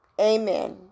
Amen